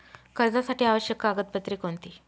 कर्जासाठी आवश्यक कागदपत्रे कोणती?